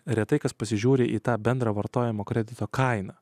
retai kas pasižiūri į tą bendrą vartojimo kredito kainą